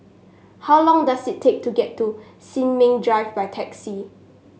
how long does it take to get to Sin Ming Drive by taxi